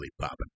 popping